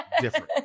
different